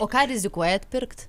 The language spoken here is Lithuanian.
o ką rizikuojat pirkt